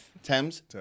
Thames